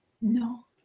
No